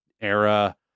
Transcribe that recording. era